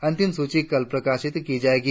अंतिम सूची कल प्रकाशित की जाएगी